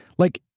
like,